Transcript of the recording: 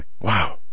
wow